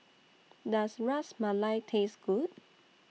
Does Ras Malai Taste Good